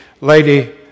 lady